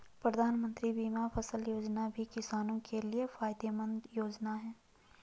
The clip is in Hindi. प्रधानमंत्री बीमा फसल योजना भी किसानो के लिये फायदेमंद योजना है